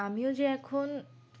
আমিও যে এখন